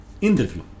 Interview